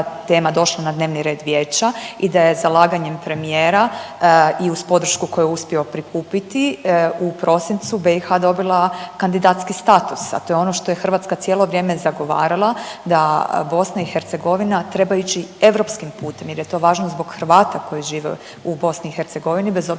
ta tema došla na dnevni red Vijeća i da je zalaganjem premijera i uz podršku koju je uspio prikupiti u prosincu BiH dobila kandidacijski status, a to je ono što je Hrvatska cijelo vrijeme zagovarala da BiH trebaju ići europskim putem jer je to važno zbog Hrvata koji žive u BiH, bez obzira